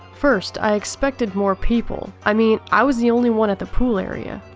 first, i expected more people. i mean, i was the only one at the pool area.